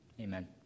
Amen